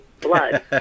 blood